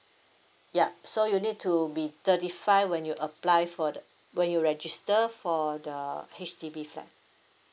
yup so you need to be thirty five when you apply for the when you register for the H_D_B flat